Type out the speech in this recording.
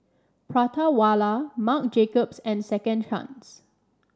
Prata Wala Marc Jacobs and Second Chance